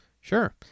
sure